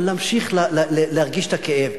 אבל להמשיך להרגיש את הכאב,